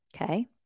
okay